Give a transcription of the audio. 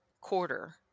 quarter